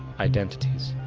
identities.